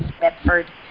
Bedford